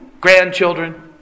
grandchildren